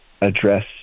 address